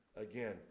Again